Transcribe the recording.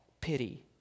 pity